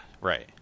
right